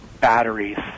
batteries